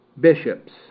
bishops